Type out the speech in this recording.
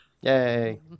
yay